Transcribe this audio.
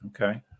Okay